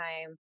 time